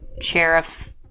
Sheriff